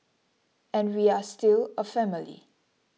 and we are still a family